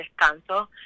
descanso